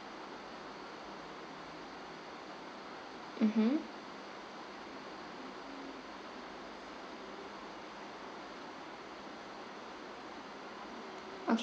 mmhmm ok~